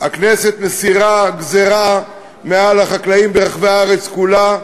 הכנסת מסירה גזירה מעל החקלאים ברחבי הארץ כולה,